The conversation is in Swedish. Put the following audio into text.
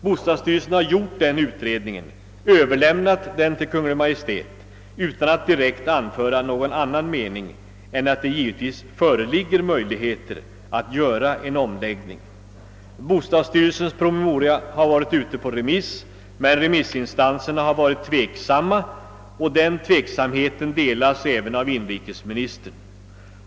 Bo stadsstyrelsen har gjort den utredningen och överlämnat den till Kungl. Maj:t utan att direkt anföra någon annan mening än att det givetvis är möjligt att göra en omläggning. Bostadsstyrelsens promemoria har varit ute på remiss, men remissinstanserna har ställt sig tveksamma, och tveksamheten delas även av inrikesministern.